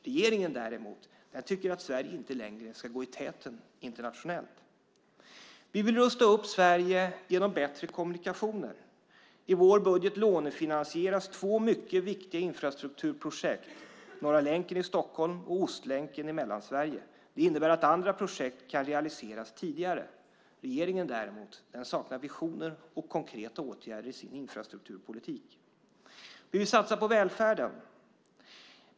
Regeringen däremot tycker att Sverige inte längre ska gå i täten internationellt. Vi vill rusta upp Sverige genom bättre kommunikationer. I vår budget lånefinansieras två mycket viktiga infrastrukturprojekt, nämligen Norra länken i Stockholm och Ostlänken i Mellansverige. Det innebär att andra projekt kan realiseras tidigare. Regeringen däremot saknar visioner och konkreta åtgärder i sin infrastrukturpolitik. Vi vill satsa på välfärden.